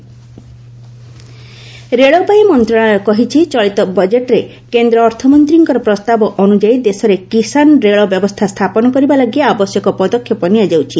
railway Kisan rail ରେଳବାଇ ମନ୍ତ୍ରଶାଳୟ କହିଛି ଚଳିତ ବଜେଟ୍ରେ କେନ୍ଦ୍ର ଅର୍ଥମନ୍ତ୍ରୀଙ୍କର ପ୍ରସ୍ତାବ ଅନ୍ଦଯାୟୀ ଦେଶରେ କିଷାନ ରେଳ ବ୍ୟବସ୍ଥା ସ୍ଥାପନ କରିବା ଲାଗି ଆବଶ୍ୟକ ପଦକ୍ଷେପ ନିଆଯାଉଛି